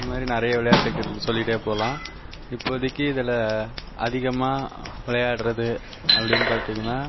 இது மாதிரி நிறைய விளையாட்டுகள் சொல்லிட்டே போகலாம் இப்போதைக்கு இதில் அதிகமாக விளையாடுறது அப்படின்னு பார்த்தீங்கன்னா